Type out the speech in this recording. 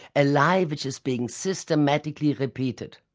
a lie which is being systematically repeated.